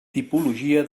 tipologia